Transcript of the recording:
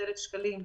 300,000 שקלים,